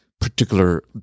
particular